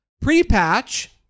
Pre-patch